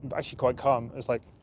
but actually quite calm. i was like,